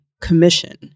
commission